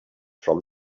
from